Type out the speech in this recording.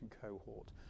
cohort